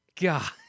God